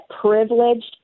privileged